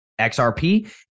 XRP